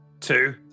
Two